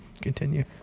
Continue